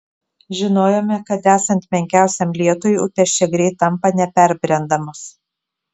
žinojome kad esant menkiausiam lietui upės čia greit tampa neperbrendamos